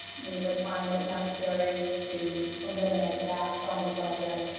we would find it necessary to eliminate that from the budget.